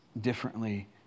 differently